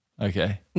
Okay